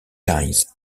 dies